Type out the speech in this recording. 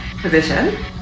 position